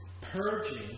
Purging